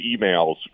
emails